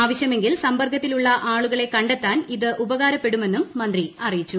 ആവശ്യമെങ്കിൽ സമ്പർക്കത്തിലുള്ള ആളുകളെ കണ്ടെത്താൻ ഇത് ഉപകാരപ്പെടുമെന്നും മന്ത്രി അറിയിച്ചു